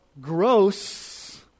gross